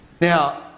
Now